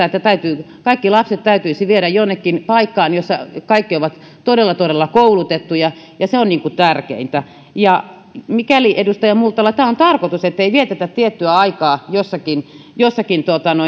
että kaikki lapset täytyisi viedä jonnekin paikkaan missä kaikki ovat todella todella koulutettuja ja se on niin kuin tärkeintä mikäli edustaja multala tämä on tarkoitus ettei vietetä tiettyä aikaa jossakin